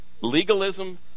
Legalism